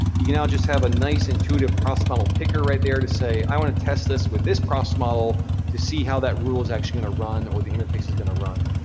you can now just have a nice, intuitive intuitive cross-model picker right there to say, i wanna test this with this cross-model to see how that rule is actually gonna run or the interface is gonna run.